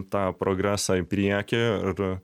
tą progresą į priekį ir